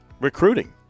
Recruiting